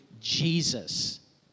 Jesus